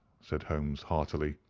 said holmes heartily.